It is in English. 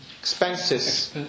expenses